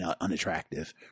unattractive